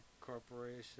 Corporation